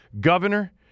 Governor